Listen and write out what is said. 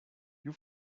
you